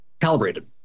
calibrated